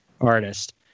artist